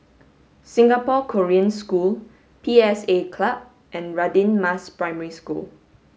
Singapore Korean School P S A Club and Radin Mas Primary School